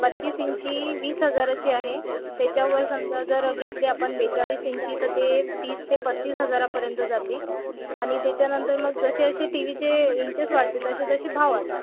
बत्तीस इंची वीस हजाराची आहे त्याच्यावर समजा जर घेतली आपण बेचाळीस इंची तर ते तीस ते पस्तीस हजारापर्यंत जाते आणि त्याच्यानंतर मग जसे जसे टी वी चे इंचेस वाढते तसे तसे भाव वाढतात